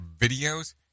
videos